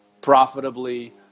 profitably